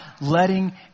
letting